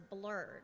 blurred